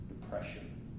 depression